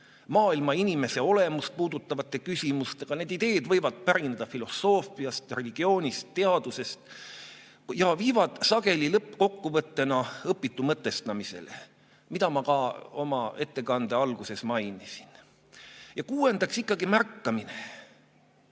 maailma ja inimese olemust puudutavate küsimustega. Need ideed võivad pärineda filosoofiast, religioonist, teadusest ja viivad sageli lõppkokkuvõttena õpitu mõtestamisele, mida ma ka oma ettekande alguses mainisin. Ja kuuendaks, ikkagi märkamine.